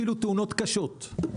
אפילו תאונות קשות.